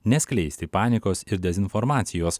neskleisti panikos ir dezinformacijos